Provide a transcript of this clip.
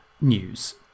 news